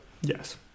yes